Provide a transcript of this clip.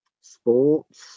sports